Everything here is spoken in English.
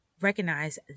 recognize